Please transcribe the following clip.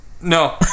No